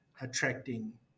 attracting